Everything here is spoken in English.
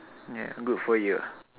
ya good for you